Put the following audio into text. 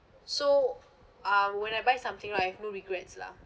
so um when I buy something lah I have no regrets lah